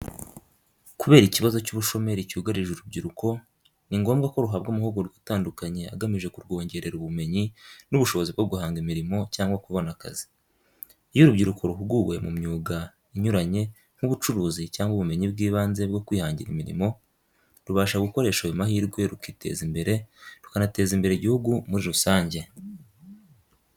Kubera ikibazo cy'ubushomeri cyugarije urubyiruko, ni ngombwa ko ruhabwa amahugurwa atandukanye agamije kurwongerera ubumenyi n'ubushobozi bwo guhanga imirimo cyangwa kubona akazi. Iyo urubyiruko ruhuguwe mu myuga inyuranye, nk'ubucuruzi cyangwa ubumenyi bw'ibanze bwo kwihangira imirimo, rubasha gukoresha ayo mahirwe rukiteza imbere rukanateza imbere igihugu muri rusange.